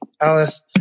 Alice